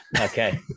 Okay